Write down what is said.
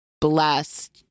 blessed